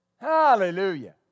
Hallelujah